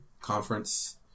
conference